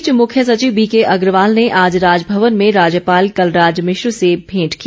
इस बीच मुख्य सचिव बीके अग्रवाल ने आज राजभवन में राज्यपाल कलराज मिश्र से भेंट की